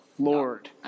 Lord